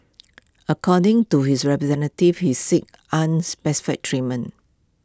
according to his representatives he is seek unspecified treatment